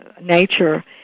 nature